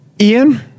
ian